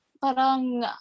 parang